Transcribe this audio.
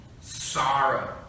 sorrow